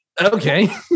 Okay